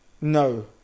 no